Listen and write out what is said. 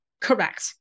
Correct